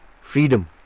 freedom